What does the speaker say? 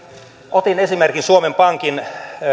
otin esimerkin suomen pankin